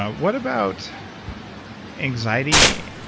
what about anxiety,